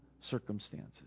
circumstances